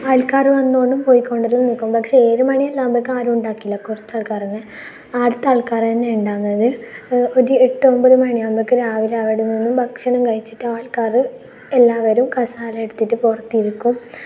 ആൾക്കാർ വന്നു കൊണ്ടും പൊയ്ക്കൊണ്ടുമൊല്ലാം നിൽക്കും പക്ഷേ ഏഴു മണി ആകുമ്പോൾ ആരുമുണ്ടാകില്ല കുറച്ച് ആൾക്കാർ തന്നെ ആട്ത്തെ ആൾക്കാർ തന്നെയാണ് ഉണ്ടാകുന്നത് അത് ഒരു എട്ട് ഒൻപത് മണിയാകുമ്പോഴേക്കും രാവിലെ അവിടെ നിന്ന് ഭക്ഷണം കഴിച്ചിട്ട് ആൾക്കാർ എല്ലാവരും കസാര എടുത്തിട്ട് പുറത്തിരിക്കും